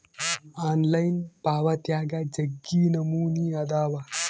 online ಪಾವಾತ್ಯಾಗ ಜಗ್ಗಿ ನಮೂನೆ ಅದಾವ